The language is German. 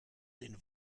den